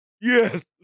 Yes